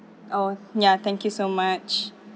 oh ya thank you so much